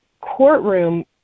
courtroom